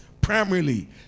primarily